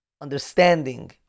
understanding